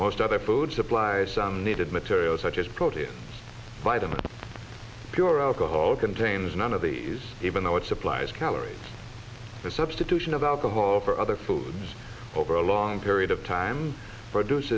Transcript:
most other food supplies some needed materials such as protein vitamins pure alcohol contains none of these even though it supplies calories the substitution of alcohol or other foods over a long period of time